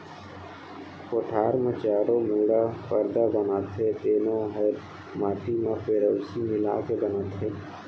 कोठार म चारों मुड़ा परदा बनाथे तेनो हर माटी म पेरौसी मिला के बनाथें